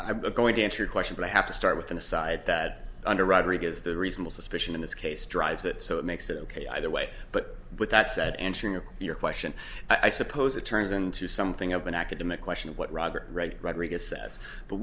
i'm going to answer your question but i have to start with an aside that under rodriguez the reasonable suspicion in this case drives it so it makes it ok either way but with that said answering your question i suppose it turns into something of an academic question of what robert wright rodrigue